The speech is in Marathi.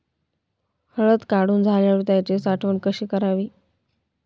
हळद काढून झाल्यावर त्याची साठवण कशी करावी?